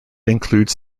includes